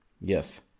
yes